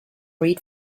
read